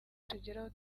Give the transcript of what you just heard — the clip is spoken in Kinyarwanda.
tugeraho